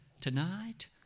Tonight